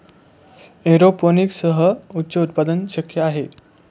एरोपोनिक्ससह उच्च उत्पादन शक्य आहे